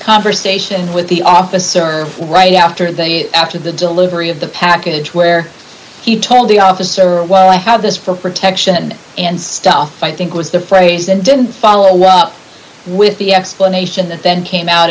conversation with the officer right after they after the delivery of the package where he told the officer well i have this for protection and stuff i think was the phrase and didn't follow five up with the explanation that then came out